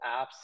apps